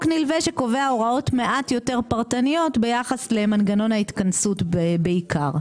נלווה שקובע הוראות מעט יותר פרטניות ביחס למנגנון ההתכנסות בעיקר.